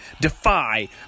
Defy